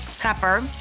pepper